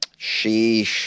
Sheesh